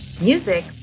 Music